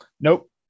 Nope